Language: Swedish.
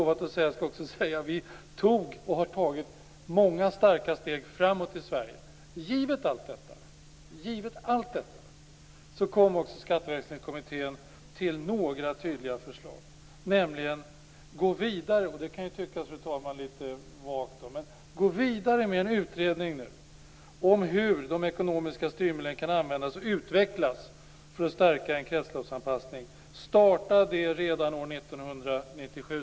Vi tog, vi har i Sverige tagit, många stora steg framåt - det har jag lovat att säga. Givet allt detta kom också Skatteväxlingskommittén till några tydliga förslag: Gå vidare - det kan kanske, fru talman, tyckas litet vagt - med en utredning om hur de ekonomiska styrmedlen kan användas och utvecklas för att stärka en kretsloppsanpassning. Vi sade att detta borde startas redan år 1997.